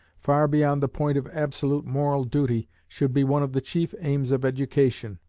far beyond the point of absolute moral duty, should be one of the chief aims of education,